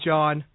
John